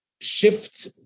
shift